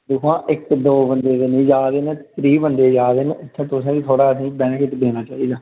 दिक्खो हां इक दो बंदे ते नी जा दे न त्रीह् बंदे जा दे न इत्थें तुसें बी थोह्ड़ा असेंगी बैनिफिट देना चाहिदा